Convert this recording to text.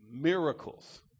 miracles